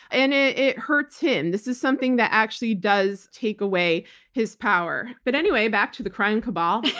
and it it hurts him. this is something that actually does take away his power. but anyway, back to the crime cabal.